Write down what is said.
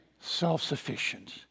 self-sufficient